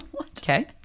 Okay